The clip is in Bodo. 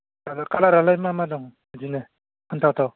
आरो खालारालाय मा मा दं बिदिनो फोनथावथाव